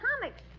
comics